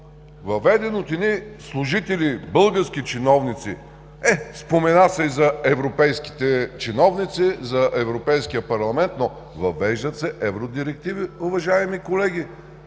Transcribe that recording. въведен от едни служители, български чиновници, спомена се и за европейските чиновници, за Европейския парламент. Въвеждат се евродирективи, уважаеми колеги!